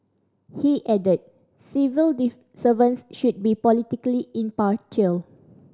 he added civil servants should be politically impartial